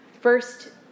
first